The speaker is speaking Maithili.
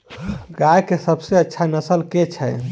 गाय केँ सबसँ अच्छा नस्ल केँ छैय?